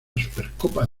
supercopa